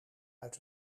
uit